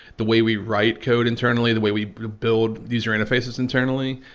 the way we write code internally, the way we build user interfaces internally.